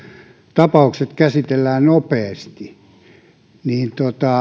tapaukset käsitellään nopeasti